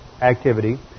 activity